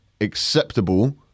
acceptable